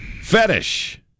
Fetish